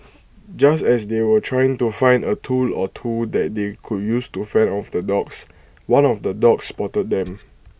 just as they were trying to find A tool or two that they could use to fend off the dogs one of the dogs spotted them